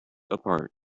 apart